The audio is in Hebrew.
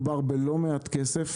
מדובר בלא מעט כסף